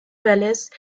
palace